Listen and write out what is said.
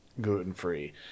Gluten-free